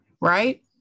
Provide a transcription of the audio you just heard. right